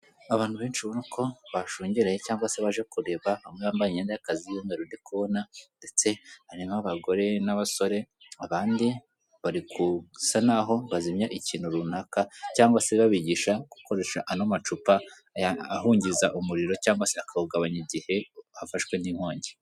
Abantu benshi babona ko bashungereye cyangwa se baje kureba, umwe yambaye imyenda y’akazi hano ndi kubonana, ndetse harimo abagore n’abasore abandi bari gusa nkaho bazimya ikintu runaka, cyangwa se babigisha gukoresha ano macupa ahungiza umuriro, cyangwa se akawugabanya igihe hafashwe n’inkongi.